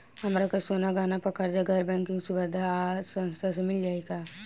हमरा के सोना गहना पर कर्जा गैर बैंकिंग सुविधा संस्था से मिल जाई का?